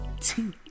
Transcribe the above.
Two